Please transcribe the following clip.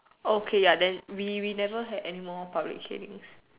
oh okay ya then we we never had anymore public Canings